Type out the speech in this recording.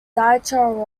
dieter